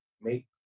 make